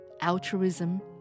altruism